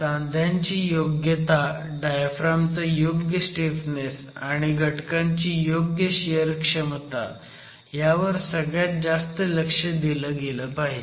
सांध्यांची योग्यता डायफ्रॅमचा योग्य स्टीफनेस आणि घटकांची योग्य शियर क्षमता ह्यावर सगळ्यात जास्त लक्ष दिलं गेलं पाहिजे